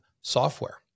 software